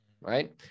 right